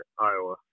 Iowa